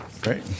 great